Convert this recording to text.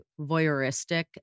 voyeuristic